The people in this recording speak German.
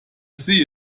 see